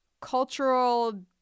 cultural